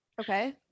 Okay